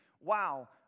wow